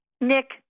Nick